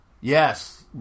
Yes